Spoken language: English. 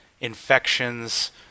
infections